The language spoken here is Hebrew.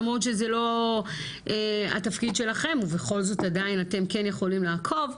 למרות שזה לא התפקיד שלכם ובכל זאת עדיין אתם כן יכולים לעקוב,